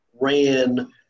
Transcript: ran